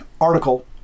article